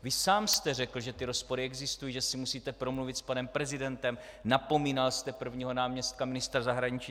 Vy sám jste řekl, že ty rozpory existují, že si musíte promluvit s panem prezidentem, napomínal jste prvního náměstka ministra zahraničí.